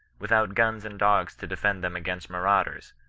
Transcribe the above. without guns and dogs to defend them against marauders,